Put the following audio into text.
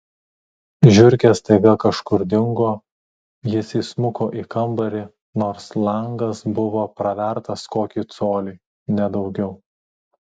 žiurkės staiga kažkur dingo jis įsmuko į kambarį nors langas buvo pravertas kokį colį ne daugiau